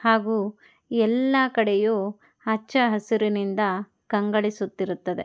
ಹಾಗೂ ಎಲ್ಲ ಕಡೆಯೂ ಹಚ್ಚಹಸಿರಿನಿಂದ ಕಂಗೊಳಿಸುತ್ತಿರುತ್ತದೆ